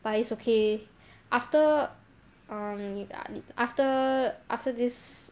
but it's okay after um after after this